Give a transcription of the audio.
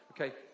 Okay